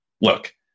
look